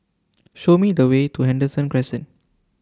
Show Me The Way to Henderson Crescent